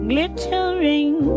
Glittering